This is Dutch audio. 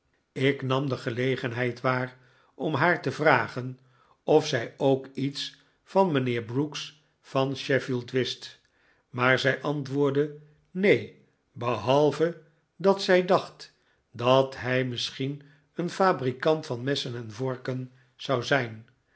ik nam de gelegenheid waar om haar te vragen of zij ook iets van mijnheer brooks van sheffield wist maar zij antwoordde neen behalve dat zij dacht dat hij misschien een fabrikant van messen en vorken zou zijn